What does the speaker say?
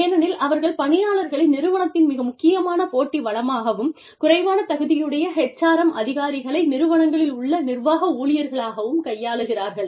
ஏனெனில் அவர்கள் பணியாளர்களை நிறுவனத்தின் மிக முக்கியமான போட்டி வளமாகவும் குறைவான தகுதியுடைய HRM அதிகாரிகளை நிறுவனங்களில் உள்ள நிர்வாக ஊழியர்களாகவும் கையாளுகிறார்கள்